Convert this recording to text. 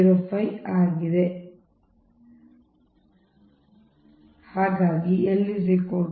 4605 ಆಗಿದೆ 0